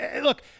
look